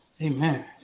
Amen